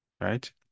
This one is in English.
right